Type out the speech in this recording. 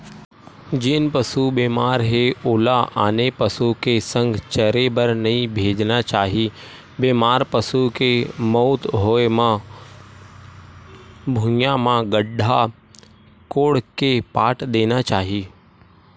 जेन पसु बेमार हे ओला आने पसु के संघ चरे बर नइ भेजना चाही, बेमार पसु के मउत होय म भुइँया म गड्ढ़ा कोड़ के पाट देना चाही